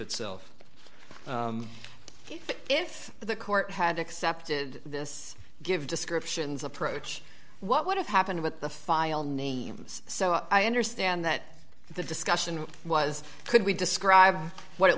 itself if the court had accepted this give descriptions approach what would have happened with the file names so i understand that the discussion was could we describe what it